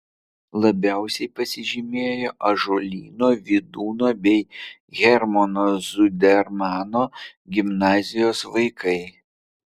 labiausiai pasižymėjo ąžuolyno vydūno bei hermano zudermano gimnazijos vaikai